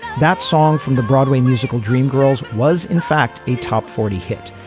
that song from the broadway musical dreamgirls was in fact a top forty hit.